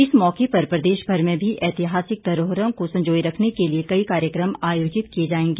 इस मौके पर प्रदेश भर में भी ऐतिहासिक धरोहरों को संजोए रखने के लिए कई कार्यक्रम आयोजित किए जाएंगे